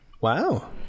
Wow